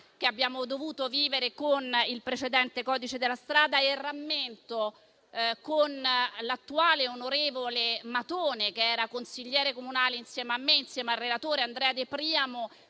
che abbiamo dovuto vivere con il precedente codice della strada. E rammento che, con l'attuale onorevole Matone, che era consigliere comunale insieme a me e insieme al relatore Andrea De Priamo,